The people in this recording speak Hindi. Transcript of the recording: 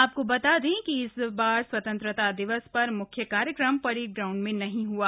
आपको बता दें कि इस बार स्वतंत्रता दिवस पर म्ख्य कार्यक्रम परेड ग्राउंड में नहीं हआ